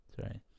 Sorry